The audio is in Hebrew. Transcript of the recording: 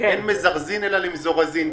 אין מזרזרין אלא למזורזין,